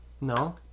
No